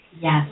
Yes